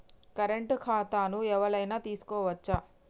Current ఖాతాను ఎవలైనా తీసుకోవచ్చా?